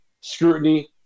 scrutiny